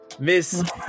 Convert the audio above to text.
Miss